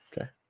Okay